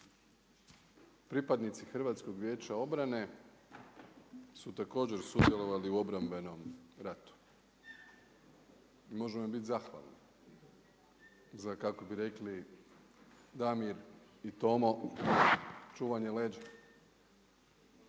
Pripadnici HVO-a su također sudjelovali u obrambenom ratu i možemo im bit zahvalni za kako bi rekli Damir i Tomo za čuvanje leđa.